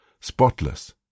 spotless